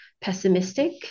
pessimistic